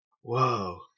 Whoa